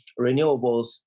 renewables